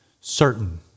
certain